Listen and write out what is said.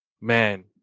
man